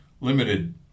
limited